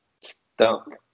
stunk